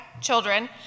children